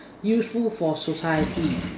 useful for society